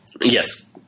Yes